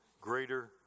greater